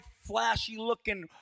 flashy-looking